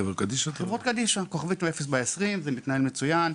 חברות קדישא, 0120*, זה מתנהל מצוין,